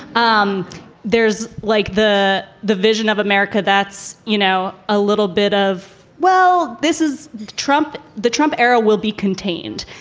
um there's like the the vision of america that's, you know, a little bit of well, this is trump the trump era will be contained.